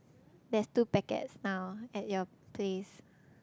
there's two packets now at your place